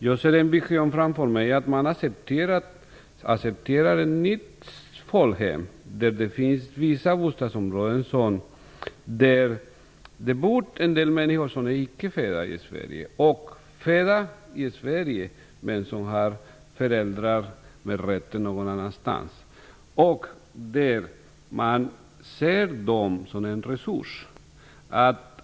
Jag har en vision framför mig att man accepterar ett nytt folkhem där det finns vissa bostadsområden där det bor en del människor som icke är födda i Sverige och sådana som är födda i Sverige men som har föräldrar med rötter någon annanstans och att man ser dem som en resurs.